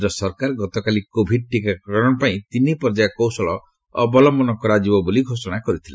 କେନ୍ଦ୍ର ସରକାର ଗତକାଲି କୋଭିଡ ଟିକାକରଣ ପାଇଁ ତିନି ପର୍ଯ୍ୟାୟ କୌଶଳ ଅବଲମ୍ପନ କରାଯିବ ବୋଲି ଘୋଷଣା କରିଥିଲେ